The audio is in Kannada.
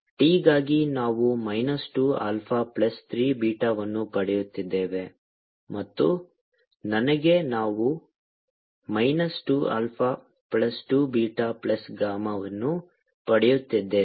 T ಗಾಗಿ ನಾವು ಮೈನಸ್ 2 ಆಲ್ಫಾ ಪ್ಲಸ್ 3 ಬೀಟಾವನ್ನು ಪಡೆಯುತ್ತಿದ್ದೇವೆ ಮತ್ತು ನನಗೆ ನಾವು minus 2 alpha plus 2 beta plus ಗಾಮಾವನ್ನು ಪಡೆಯುತ್ತಿದ್ದೇವೆ